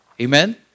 Amen